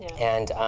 and